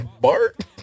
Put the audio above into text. Bart